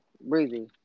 Breezy